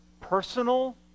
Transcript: personal